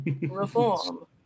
Reform